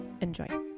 Enjoy